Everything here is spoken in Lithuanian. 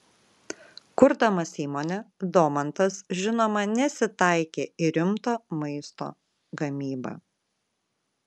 kurdamas įmonę domantas žinoma nesitaikė į rimto maisto gamybą